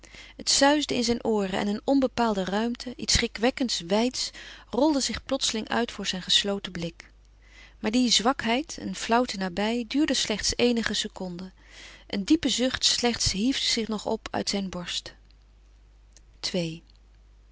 het suisde in zijn ooren en een onbepaalde ruimte iets schrikwekkend wijds rolde zich plotseling uit voor zijn gesloten blik maar die zwakheid een flauwte nabij duurde slechts eenige seconden een diepe zucht slechts hief zich nog op uit zijn borst